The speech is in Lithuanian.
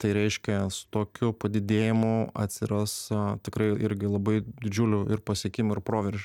tai reiškia su tokiu padidėjimu atsiras tikrai irgi labai didžiulių ir pasiekimų ir proveržių